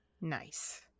Nice